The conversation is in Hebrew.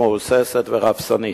מהוססת ופשרנית.